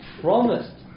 promised